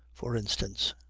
for instance.